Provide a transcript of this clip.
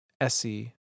Essie